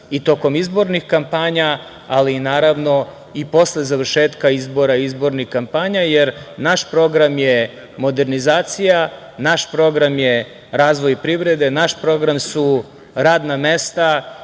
i tokom izbornih kampanja, ali i naravno, i posle završetka izbora, izbornih kampanja, jer naš program je modernizacija, naš program je razvoj privrede, naš program su radna mesta.